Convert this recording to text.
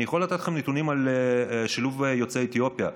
אני יכול לתת לכם נתונים על שילוב יוצאי אתיופיה.